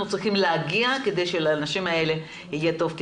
צריכים להגיע אליו כדי שלאנשים האלה יהיה טוב,